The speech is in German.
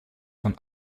von